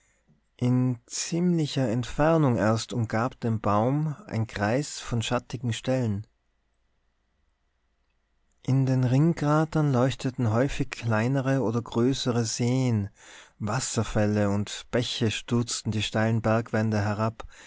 in ziemlicher entfernung erst umgab den baum ein kreis von schattigen stellen in den ringkratern leuchteten häufig kleinere oder größere seen wasserfälle und bäche stürzten die steilen bergwände herab